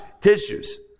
tissues